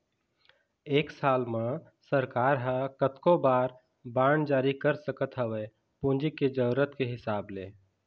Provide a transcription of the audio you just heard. एक साल म सरकार ह कतको बार बांड जारी कर सकत हवय पूंजी के जरुरत के हिसाब ले